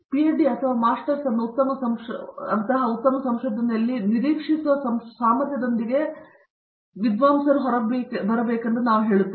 ಮತ್ತು ಪಿಎಚ್ಡಿ ಅಥವಾ ಅವರ ಮಾಸ್ಟರ್ಸ್ ಅನ್ನು ನಾವು ಉತ್ತಮ ಸಂಶೋಧನೆಯಲ್ಲಿ ನಿರೀಕ್ಷಿಸುವ ಸಾಮರ್ಥ್ಯದೊಂದಿಗೆ ಹೊರಬರಬೇಕೆಂದು ಹೆಚ್ಚಿನ ವಿದ್ಯಾರ್ಥಿಗಳಿಗೆ ಹೇಳುತ್ತೇವೆ